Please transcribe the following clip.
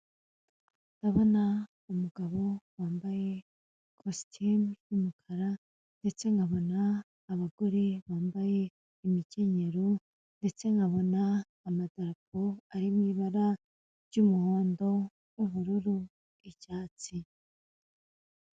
Ndabona umugabo wambaye kositime y'umukara, ndetse nkabona abagore bambaye imikenyero, ndetse nkabona amadarapo ari mu ibara ry'umuhondo, ubururu, icyatsi.